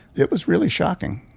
it was really shocking.